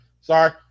Sorry